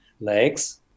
legs